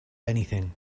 anything